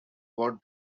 what